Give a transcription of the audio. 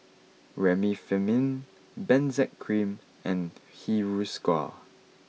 Remifemin Benzac cream and Hiruscar